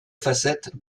facettes